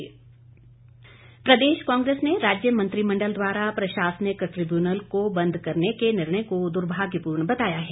विक्रमादित्य सिंह प्रदेश कांग्रेस ने राज्य मंत्रिमंडल द्वारा प्रशासनिक ट्रिब्यूनल को बंद करने के निर्णय को दुर्भाग्यपूर्ण बताया है